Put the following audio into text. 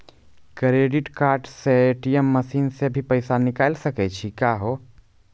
Credit card से ATM machine से भी पैसा निकल सकै छि का हो?